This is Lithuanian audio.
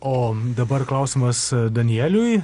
o dabar klausimas danieliui